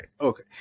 Okay